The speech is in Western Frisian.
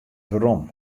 werom